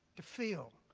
to feel